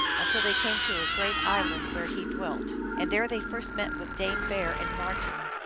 until they came to a great island, where he dwelt. and there they first met with dame bear and marten,